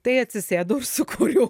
tai atsisėdau ir sukūriau